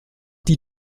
die